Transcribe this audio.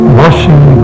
washing